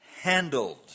handled